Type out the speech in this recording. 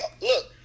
Look